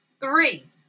Three